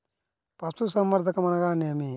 పశుసంవర్ధకం అనగానేమి?